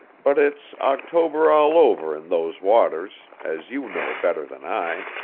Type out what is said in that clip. but it's october all over in those waters, as you know better than i.